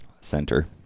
center